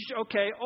okay